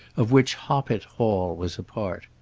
of which hoppet hall was a part.